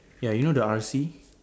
ya you know the R_C